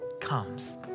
comes